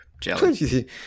Jelly